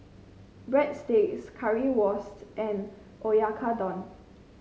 Breadsticks Currywurst and Oyakodon